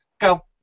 Go